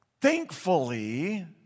thankfully